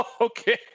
Okay